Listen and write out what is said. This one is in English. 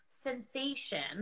sensation